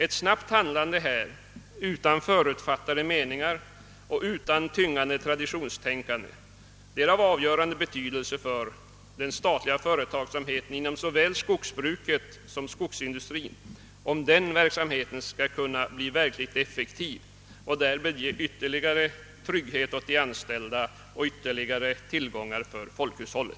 Ett snabbt handlande, utan förutfattade meningar och utan tyngande traditionstänkande, är av avgörande betydelse för att den statliga företagsamheten inom såväl skogsbruket som skogsindustrin verkligen skall kunna bli effektiv och därmed ge ytterligare trygghet åt de anställda och bli till ökat gagn för folkhushållet.